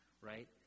right